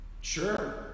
sure